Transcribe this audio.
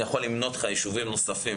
אני יכול למנות לך ישובים נוספים,